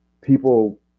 people